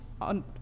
on